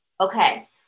Okay